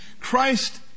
Christ